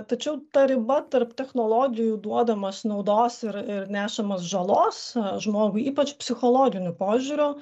tačiau ta riba tarp technologijų duodamos naudos ir ir nešamos žalos žmogui ypač psichologiniu požiūriu